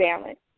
balance